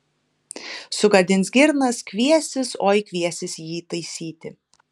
sugadins girnas kviesis oi kviesis jį taisyti